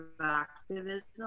activism